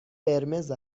قرمز